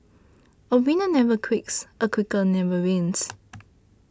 a winner never quits a quitter never wins